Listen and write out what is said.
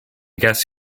guess